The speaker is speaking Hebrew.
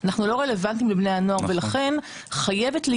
אנחנו לא רלוונטיים לבני הנוער ולכן חייבת להיות